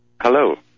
Hello